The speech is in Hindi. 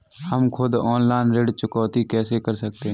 हम खुद ऑनलाइन ऋण चुकौती कैसे कर सकते हैं?